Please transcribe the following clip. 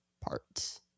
parts